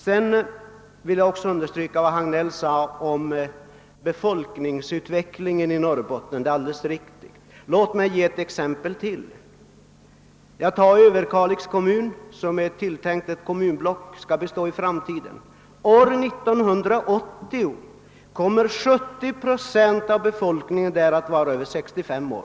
Vidare ville jag också understryka vad herr Hagnell sade om befolkningsutvecklingen i Norrbotten. Vad han sade därom var alldeles riktigt. Låt mig ge ytterligare ett exempel. I Överkalix kommun, som är tänkt som ett kommunblock i framtiden, kommer år 1980 70 procent av befolkningen att vara över 65 år.